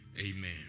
Amen